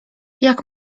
jak